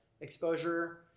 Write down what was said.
exposure